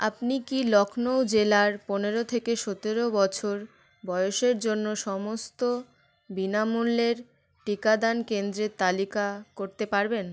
আপনি কি লখনউ জেলার পনেরো থেকে সতেরো বছর বয়সের জন্য সমস্ত বিনামূল্যের টিকাদান কেন্দ্রের তালিকা করতে পারবেন